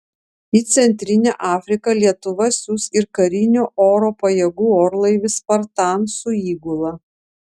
į centrinę afriką lietuva siųs ir karinių oro pajėgų orlaivį spartan su įgula